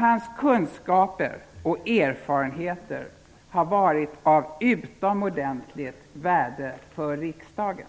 Hans kunskaper och erfarenheter har varit av utomordentligt värde för riksdagen,